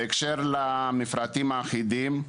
בהקשר למפרטים האחידים,